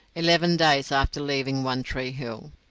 eleven days after leaving one tree hill.